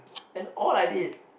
that's all I did